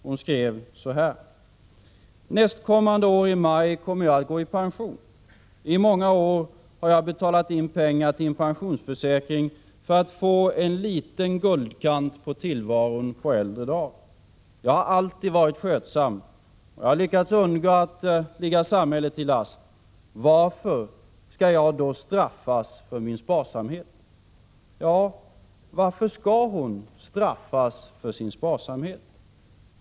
Hon skrev så här: ”Nästkommande år i maj månad kommer jag att gå i pension. I många år har jag betalat in pengar till en pensionsförsäkring för att få en liten guldkant på tillvaron på äldre dagar. Jag har alltid varit skötsam och lyckats undgå att ligga samhället till last. Varför skall jag då straffas för min sparsamhet?” Ja, varför skall hon straffas för sin sparsamhet?